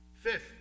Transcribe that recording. Fifth